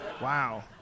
Wow